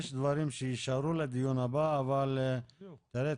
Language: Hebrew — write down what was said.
יש דברים שיישארו לדיון הבא אבל תשמע,